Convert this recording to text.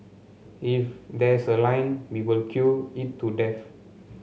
if there's a line we will queue it to death